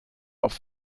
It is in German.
auf